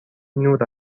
نور